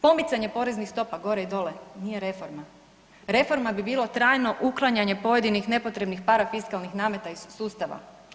Pomicanje poreznih stopa gore i dole nije reforma, reforma bi bilo trajno uklanjanje pojedinih nepotrebnih parafiskalnih nameta iz sustava.